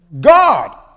God